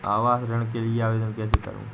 आवास ऋण के लिए आवेदन कैसे करुँ?